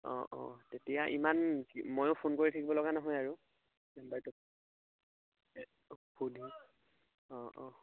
অঁ অঁ তেতিয়া ইমান ময়ো ফোন কৰি থাকিব লগা নহয় আৰু নাম্বাৰটো অঁ অঁ